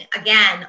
again